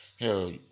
Hell